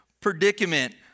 predicament